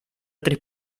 tres